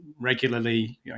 regularly